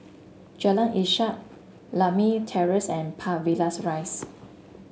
Jalan Ishak Lakme Terrace and Park Villas Rise